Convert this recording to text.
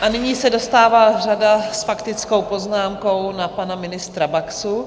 A nyní se dostává řada s faktickou poznámkou na pana ministra Baxu.